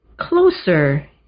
closer